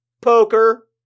Poker